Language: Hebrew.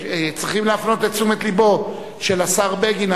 צריכים להפנות את תשומת לבו של השר בגין,